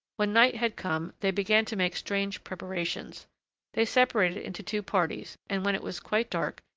when night had come, they began to make strange preparations they separated into two parties, and when it was quite dark,